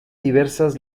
diversas